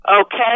Okay